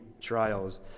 trials